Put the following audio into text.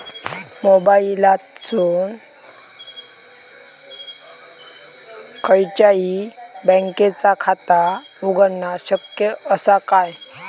मोबाईलातसून खयच्याई बँकेचा खाता उघडणा शक्य असा काय?